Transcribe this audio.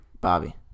Bobby